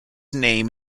name